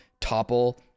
topple